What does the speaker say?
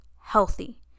healthy